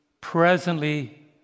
presently